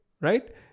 Right